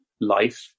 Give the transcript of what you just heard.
life